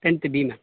tenth B ma'am